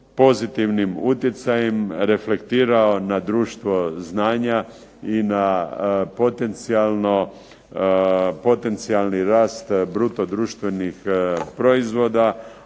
pozitivnim utjecajem reflektirao na društvo znanja i na potencijalni rast bruto društvenih proizvoda,